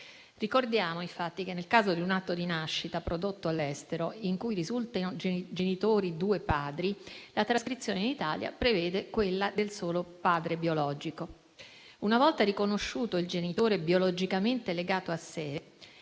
Ricordiamo infatti che nel caso di un atto di nascita prodotto all'estero in cui risultino genitori due padri, la trascrizione in Italia prevede quella del solo padre biologico. Una volta riconosciuto il genitore biologicamente legato a sé,